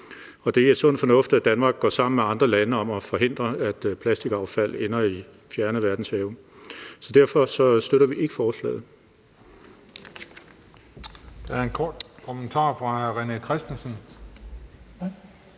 Det er sund fornuft, at Danmark går sammen med andre lande om at forhindre, at plastikaffald ender i fjerne verdenshave. Så derfor støtter vi ikke forslaget.